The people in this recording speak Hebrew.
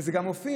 וזה גם מופיע,